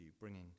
bringing